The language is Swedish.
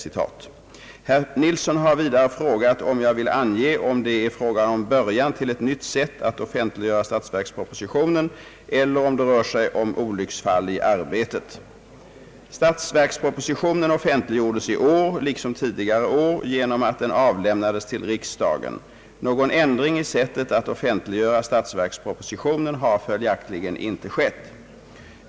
Herr Nilsson har vidare frågat om jag vill ange om det är fråga om början till ett nytt sätt att offentliggöra statsverkspropositionen eller om det rör sig om olycksfall i arbetet. Statsverkspropositionen offentliggjordes i år — liksom tidigare år — genom att den avlämnades till riksdagen. Någon ändring i sättet att offentliggöra statsverkspropositionen har följaktligen inte skett.